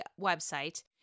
website